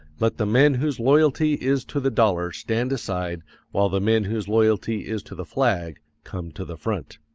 let the men whose loyalty is to the dollar stand aside while the men whose loyalty is to the flag come to the front.